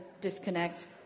disconnect